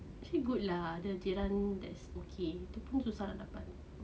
actually good lah the jiran that's okay tu pun susah nak dapat